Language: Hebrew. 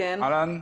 אהלן.